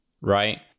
Right